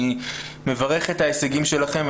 אני מברך את ההישגים שלכם,